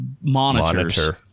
monitors